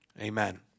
Amen